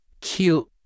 cute